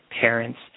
parents